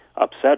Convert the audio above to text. upset